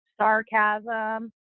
sarcasm